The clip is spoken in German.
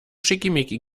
schickimicki